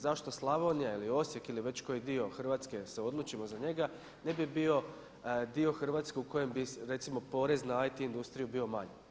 Zašto Slavonija ili Osijek ili već koji dio Hrvatske se odlučimo za njega ne bi bio dio Hrvatske u kojem bi recimo porez na IT industriju bio manji.